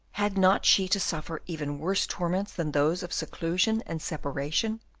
had not she to suffer even worse torments than those of seclusion and separation?